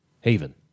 Haven